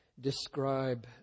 describe